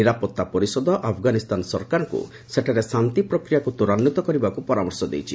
ନିରାପତ୍ତା ପରିଷଦ ଆଫଗାନିସ୍ଥାନ ସରକାରଙ୍କୁ ସେଠାରେ ଶାନ୍ତି ପ୍ରକ୍ରିୟାକୁ ତ୍ୱରାନ୍ୱିତ କରିବାକୁ ପରାମର୍ଶ ଦେଇଛି